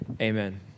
amen